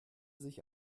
sich